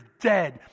dead